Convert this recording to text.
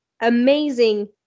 amazing